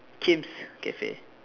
Kim's cafe